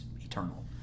eternal